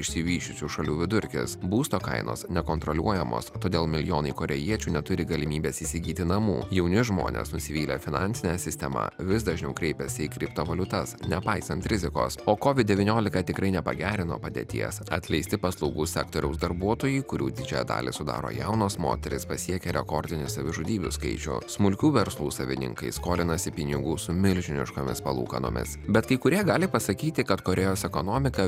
išsivysčiusių šalių vidurkis būsto kainos nekontroliuojamos todėl milijonai korėjiečių neturi galimybės įsigyti namų jauni žmonės nusivylę finansine sistema vis dažniau kreipiasi į kriptovaliutas nepaisant rizikos o kovid devyniolika tikrai nepagerino padėties atleisti paslaugų sektoriaus darbuotojai kurių didžiąją dalį sudaro jaunos moterys pasiekė rekordinį savižudybių skaičių o smulkių verslų savininkai skolinasi pinigų su milžiniškomis palūkanomis bet kai kurie gali pasakyti kad korėjos ekonomika